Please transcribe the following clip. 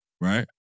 right